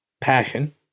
passion